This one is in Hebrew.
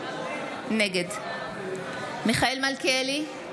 נגד מיכאל מלכיאלי,